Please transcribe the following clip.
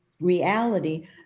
reality